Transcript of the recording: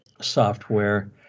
software